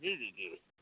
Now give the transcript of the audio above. जी जी जी